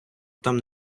там